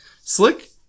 Slick